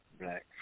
Black